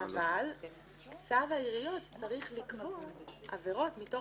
אבל צו העיריות צריך לקבוע עבירות מתוך